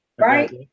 right